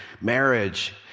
marriage